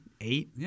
eight